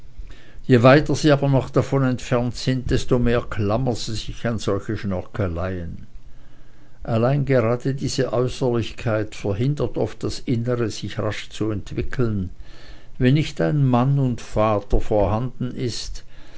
je weiter sie aber noch davon entfernt sind desto mehr klammern sie sich an solche schnörkeleien allein gerade diese äußerlichkeit verhindert oft das innere sich rasch zu entwickeln wenn nicht ein mann und vater vorhanden ist